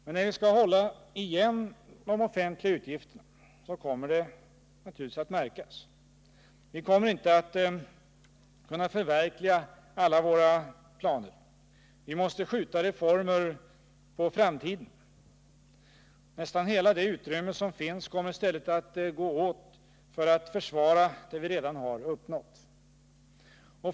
Men när vi skall hålla igen de offentliga utgifterna kommer det naturligtvis att märkas. Vi kommer inte att kunna förverkliga alla våra planer. Vi måste skjuta reformer på framtiden. Nästan hela det utrymme som finns kommer i stället att gå åt för att försvara det vi redan har uppnått.